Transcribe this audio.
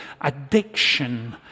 addiction